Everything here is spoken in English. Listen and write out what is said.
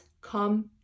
come